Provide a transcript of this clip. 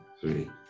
three